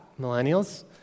millennials